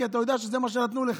כי אתה יודע שזה מה שנתנו לך.